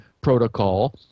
protocol